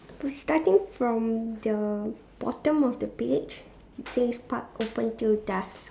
starting from the bottom of the page it says park open till dusk